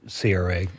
CRA